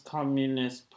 Communist